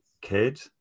kid